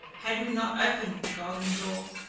had we not opened the golden door,